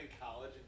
college